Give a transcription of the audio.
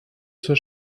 zur